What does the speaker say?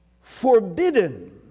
forbidden